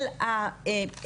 של ה- -- ברור,